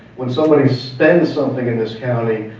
when somebody spends something in this county,